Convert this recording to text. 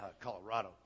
Colorado